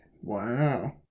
Wow